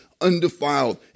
undefiled